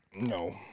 No